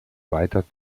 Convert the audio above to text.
weiter